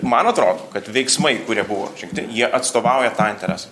man atrodo kad veiksmai kurie buvo žengti jie atstovauja tą interesą